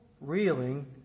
reeling